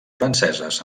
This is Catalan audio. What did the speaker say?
franceses